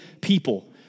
people